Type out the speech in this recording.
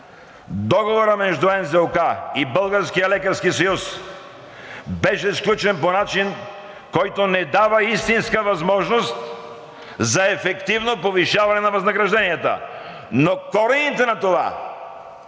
и Българския лекарски съюз беше сключен по начин, който не дава истинска възможност за ефективно повишаване на възнагражденията, но корените на това